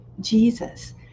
Jesus